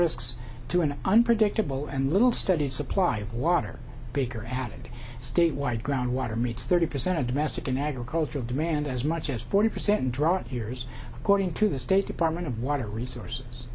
r to an unpredictable and little studied supply of water baker added statewide groundwater meets thirty percent of domestic and agricultural demand as much as forty percent drop years according to the state department of water resources